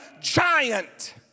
giant